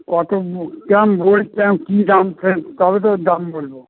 কত ক বল কিরম বই চান কী দাম তবে তো দাম বলবো